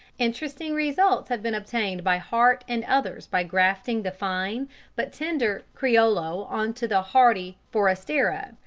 interesting results have been obtained by hart and others by grafting the fine but tender criollo on to the hardy forastero,